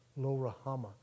Lorahama